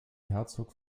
herzog